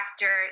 factor